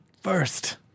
first